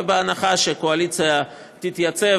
בהנחה שהקואליציה תתייצב,